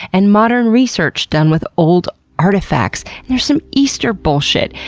and modern research done with old artifacts, and there's some easter bullshit,